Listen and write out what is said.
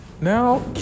Now